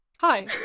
Hi